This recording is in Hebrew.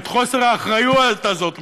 את חוסר האחריות הזאת מעלינו.